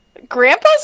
Grandpa's